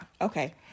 Okay